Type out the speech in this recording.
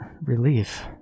relief